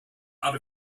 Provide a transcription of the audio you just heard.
out